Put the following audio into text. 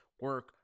Work